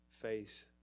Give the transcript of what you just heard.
face